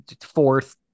fourth